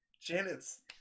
Janet's